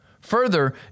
Further